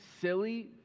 silly